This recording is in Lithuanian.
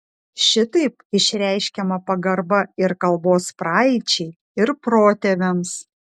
šitaip išreiškiama pagarba ir kalbos praeičiai ir protėviams